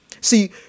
See